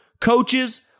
coaches